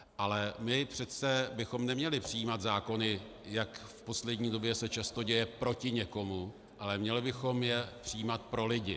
Ale my přece bychom neměli přijímat zákony, jak se v poslední době často děje, proti někomu, ale měli bychom je přijímat pro lidi.